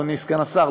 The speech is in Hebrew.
אדוני סגן השר,